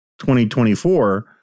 2024